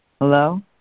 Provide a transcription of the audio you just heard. Hello